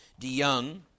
DeYoung